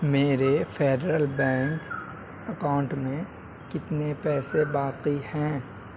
میرے Federal Bank account میں کتنے پیسے باقی ہیں